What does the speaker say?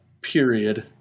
Period